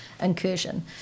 incursion